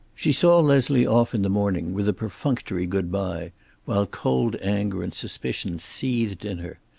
she saw leslie off in the morning with a perfunctory good-bye while cold anger and suspicion seethed in her.